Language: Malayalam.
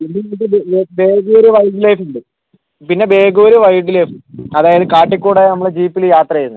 പിന്നെ വൈൽഡ് ലൈഫുണ്ട് പിന്നെ ബേഗൂർ വൈൽഡ് ലൈഫ് അതായത് കാട്ടിൽക്കൂടി നമ്മൾ ജീപ്പിൽ യാത്ര ചെയ്യുന്നത്